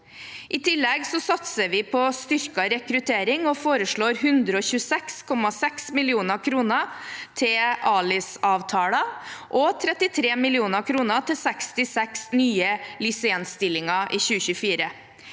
I tillegg satser vi på styrket rekruttering, og foreslår 126,6 mill. kr til ALIS-avtaler og 33 mill. kr til 66 nye LISl-stillinger i 2024.